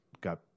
got